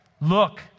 look